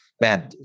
man